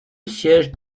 siège